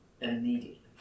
immediately